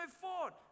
forward